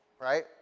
right